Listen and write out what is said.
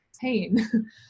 pain